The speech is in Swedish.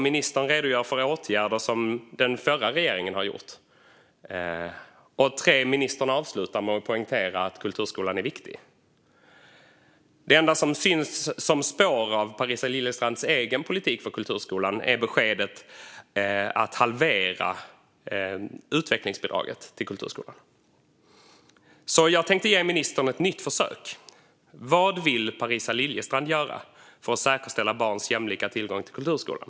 Ministern redogör för åtgärder som den förra regeringen har vidtagit. Ministern avslutar med att poängtera att kulturskolan är viktig. Det enda som syns som spår av Parisa Liljestrands egen politik för kulturskolan är beskedet om att halvera utvecklingsbidraget till kulturskolan. Jag tänkte därför ge ministern ett nytt försök: Vad vill Parisa Liljestrand göra för att säkerställa barns jämlika tillgång till kulturskolan?